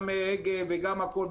גם הגה וגם הכול,